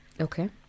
Okay